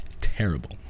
Terrible